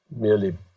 merely